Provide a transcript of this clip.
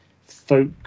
folk